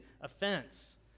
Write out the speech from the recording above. offense